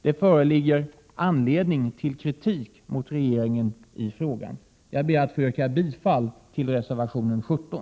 Det föreligger anledning till kritik mot regeringen i frågan. = Berglingfallet Jag ber att få yrka bifall till reservation 17.